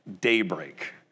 daybreak